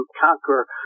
conquer